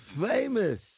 famous